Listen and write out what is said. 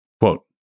Quote